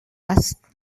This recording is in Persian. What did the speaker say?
است